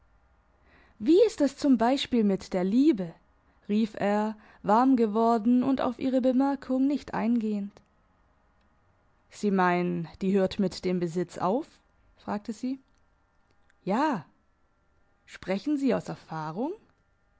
wie ist es zum beispiel mit der liebe rief er warm geworden und auf ihre bemerkung nicht eingehend sie meinen die hört mit dem besitz auf fragte sie ja sprechen sie aus erfahrung